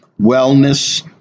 wellness